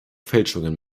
fälschungen